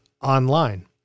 online